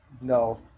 no